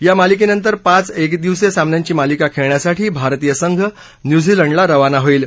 या मालिकेनंतर पाच एकदिवसीय सामन्यांची मालिका खेळण्यासाठी भारतीय संघ न्यूझीलंडला रवाना होईल